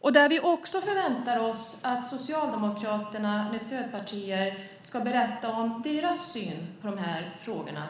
och där vi förväntar oss att Socialdemokraterna med stödpartier ska berätta om sin syn på frågorna.